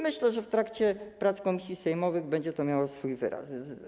Myślę, że w trakcie prac komisji sejmowych będzie to miało swój wyraz.